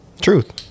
truth